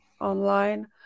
Online